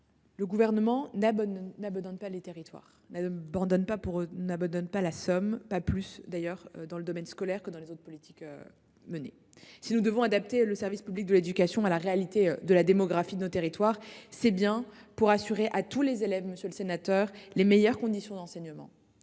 le Gouvernement n’abandonne pas les territoires, la Somme en particulier, pas plus dans le domaine scolaire que s’agissant des autres politiques menées. Si nous devons adapter le service public de l’éducation à la réalité de la démographie de nos territoires, c’est bien pour assurer à tous les élèves les meilleures conditions d’enseignement.